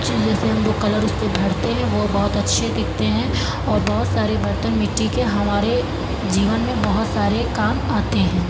जी जैसे हम लोग कलर उसपे भरते हैं वो बहुत अच्छे दिखते हैं और बहुत सारे बर्तन मिट्टी के हमारे जीवन में बहुत सारे काम आते हैं